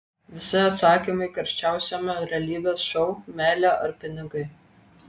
visi atsakymai karščiausiame realybės šou meilė ar pinigai